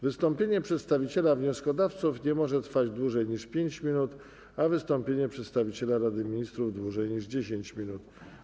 Wystąpienie przedstawiciela wnioskodawców nie może trwać dłużej niż 5 minut, a wystąpienie przedstawiciela Rady Ministrów - dłużej niż 10 minut.